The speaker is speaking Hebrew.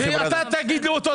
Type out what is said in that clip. בקשה מספר --- אתה מביא את זה היום?